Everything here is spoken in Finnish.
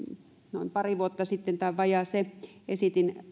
vajaa pari vuotta sitten esitin